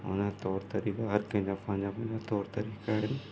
हुन जा तौरु तरीक़ा हर कंहिंजा पंहिंजा पंहिंजा तौरु तरीक़ा आहिनि